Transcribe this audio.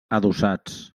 adossats